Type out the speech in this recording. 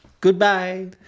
Goodbye